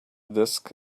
disk